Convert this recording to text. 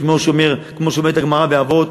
כמו שאומרת הגמרא באבות: